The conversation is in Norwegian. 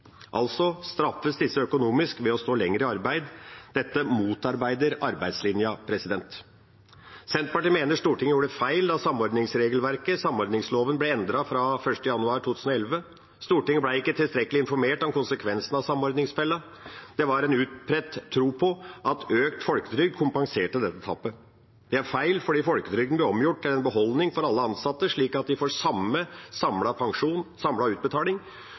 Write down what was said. altså økonomisk ved å stå lenger i arbeid. Dette motarbeider arbeidslinja. Senterpartiet mener Stortinget gjorde feil da samordningsregelverket, samordningsloven, ble endret fra 1. januar 2011. Stortinget ble ikke tilstrekkelig informert om konsekvensene av samordningsfella. Det var en utbredt tro på at økt folketrygd kompenserte dette tapet. Det er feil, for folketrygden ble omgjort til en beholdning for alle ansatte, slik at de får samme samlede pensjon, samme samlede utbetaling,